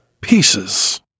pieces